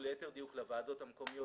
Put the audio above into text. או ליתר דיוק: לוועדות המקומיות,